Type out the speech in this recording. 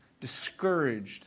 discouraged